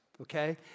okay